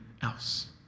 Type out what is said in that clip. else